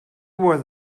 was